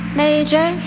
major